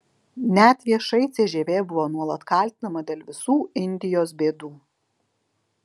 net viešai cžv buvo nuolat kaltinama dėl visų indijos bėdų